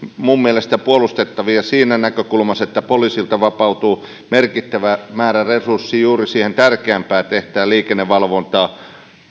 minun mielestäni puolustettavia siinä näkökulmassa että poliisilta vapautuu merkittävä määrä resurssia juuri siihen tärkeämpään tehtävään liikennevalvontaan